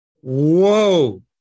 Whoa